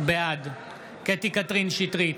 בעד קטי קטרין שטרית,